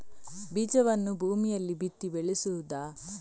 ಬೀಜವನ್ನು ಭೂಮಿಯಲ್ಲಿ ಬಿತ್ತಿ ಬೆಳೆಸುವುದಾ?